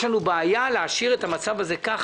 יש לנו בעיה להשאיר את המצב הזה כך